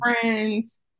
friends